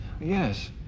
Yes